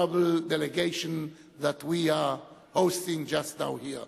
delegation that we are hosting just now here.